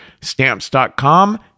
Stamps.com